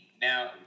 Now